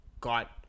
got